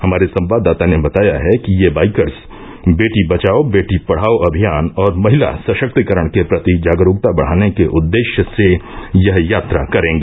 हमारे संवाददाता ने बताया है कि ये बाइकर्स बेटी बचाओ बेटी पढ़ाओ अभियान और महिला सशक्तिकरण के प्रति जागरूकता बढ़ाने के उद्देश्य से यह यात्रा करेंगी